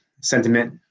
sentiment